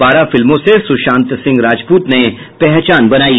बारह फिल्मों से सुशांत सिंह राजपूत ने पहचान बनायी